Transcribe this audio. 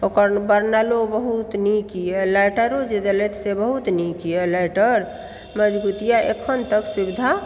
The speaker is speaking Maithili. ओकर बर्नरो बहुत नीकए लाइटरओ जे देलथि से बहुत नीकए लाइटर मजगूतए अखन तक सुविधा